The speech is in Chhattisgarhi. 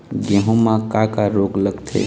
गेहूं म का का रोग लगथे?